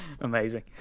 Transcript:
Amazing